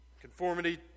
Conformity